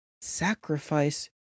sacrifice